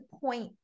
point